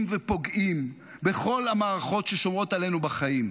ופוגעים בכל המערכות ששומרות עלינו בחיים?